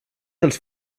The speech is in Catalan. dels